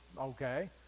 okay